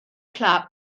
claf